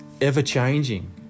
ever-changing